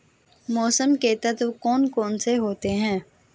मौसम के तत्व कौन कौन से होते हैं?